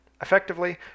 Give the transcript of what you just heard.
effectively